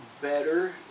better